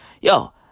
Yo